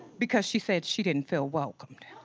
because she said she didn't feel welcomed.